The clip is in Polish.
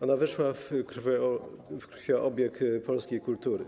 weszła w krwiobieg polskiej kultury.